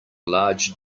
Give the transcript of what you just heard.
large